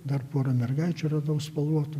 dar porą mergaičių radau spalvotų